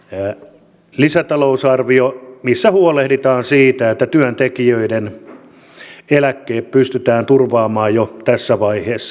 he lisätalousarvion missä huolehditaan siitä että työntekijöiden eläkkeet pystytään turvaamaan jo tässä vaiheessa